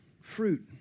fruit